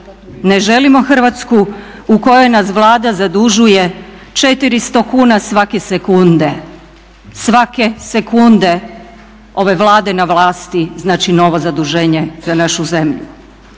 ne želimo Hrvatskoj u kojoj nas Vlada zadužuje 400 kuna svake sekunde, svake sekunde ove Vlade na vlasti znači novo zaduženje za našu zemlju.